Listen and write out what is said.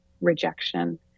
rejection